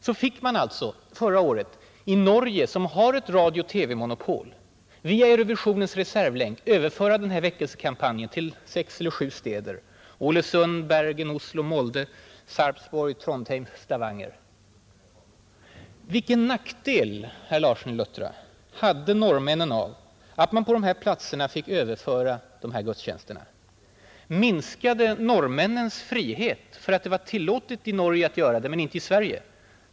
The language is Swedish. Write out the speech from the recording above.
Då fick man alltså förra året i Norge, som har ett radiooch TV-monopol, via Eurovisionens reservlänk överföra denna väckelsekampanj till, tror jag, sju städer, nämligen Ålesund, Bergen, Oslo, Molde, Sarpsborg, Trondheim och Stavanger. Vilken nackdel hade norrmännen av att man på de här platserna fick överföra dessa gudstjänster? Minskade norrmännens frihet av att det var tillåtet i Norge som var förbjudet i Sverige?